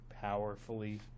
powerfully